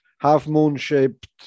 half-moon-shaped